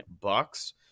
bucks